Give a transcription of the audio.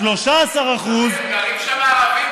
ו-13% אמיר, גרים שם ערבים.